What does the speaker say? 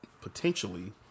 potentially